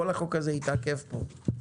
כל הצעת החוק תתעכב פה.